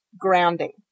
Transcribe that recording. grounding